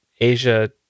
Asia